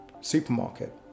supermarket